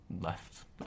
left